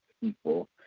people